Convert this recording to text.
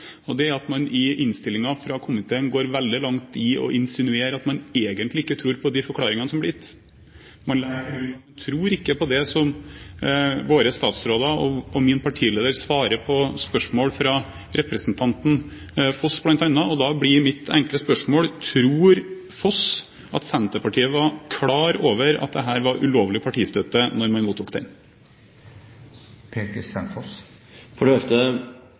det går på at man i innstillingen fra komiteen går veldig langt i å insinuere at man egentlig ikke tror på de forklaringene som blir gitt. Man legger til grunn at man ikke tror på det som våre statsråder og min partileder svarer på spørsmål fra representanten Foss, bl.a. Da blir mitt enkle spørsmål: Tror Foss at Senterpartiet var klar over at dette var ulovlig partistøtte da man mottok den? For det første: